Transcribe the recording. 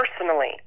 personally